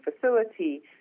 Facility